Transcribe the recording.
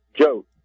Joe